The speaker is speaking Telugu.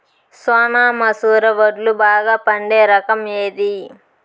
సోనా మసూర వడ్లు బాగా పండే రకం ఏది